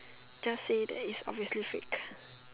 just say that is obviously fake